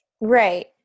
right